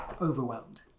overwhelmed